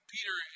Peter